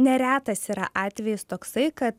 neretas yra atvejis toksai kad